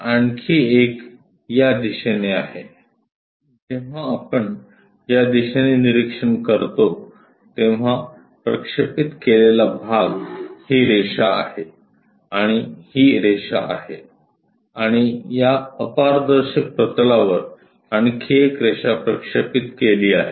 आवाज आवाज जेव्हा आपण या दिशेने निरीक्षण करतो तेव्हा प्रक्षेपित केलेला भाग ही रेषा आहे आणि ही रेषा आहे आणि या अपारदर्शक प्रतलावर आणखी एक रेषा प्रक्षेपित केली आहे